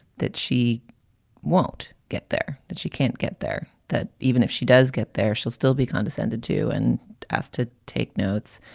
that she won't get there, that she can't get there, that even if she does get there, she'll still be condescended to and asked to take notes.